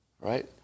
right